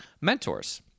mentors